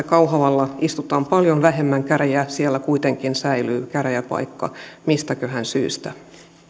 kauhavalla istutaan paljon vähemmän käräjiä siellä kuitenkin säilyy käräjäpaikka mistäköhän syystä